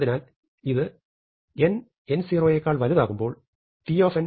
അതിനാൽ ഇത് n n0യെക്കാൾ വലുതാകുമ്പോൾ t c